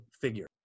figure